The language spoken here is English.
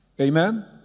Amen